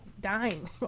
dying